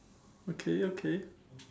okay okay